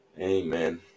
Amen